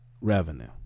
revenue